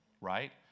right